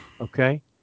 okay